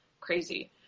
crazy